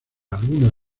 algunos